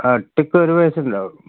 കഷ്ടിച്ചൊരു വയസ്സുണ്ടാവും